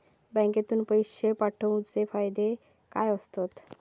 बँकेतून पैशे पाठवूचे फायदे काय असतत?